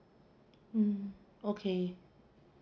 mm okay